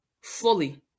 fully